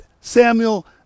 Samuel